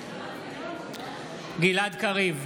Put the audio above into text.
ינון אזולאי, נגד גדי איזנקוט,